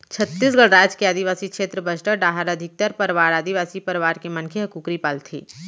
छत्तीसगढ़ राज के आदिवासी छेत्र बस्तर डाहर अधिकतर परवार आदिवासी परवार के मनखे ह कुकरी पालथें